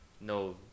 No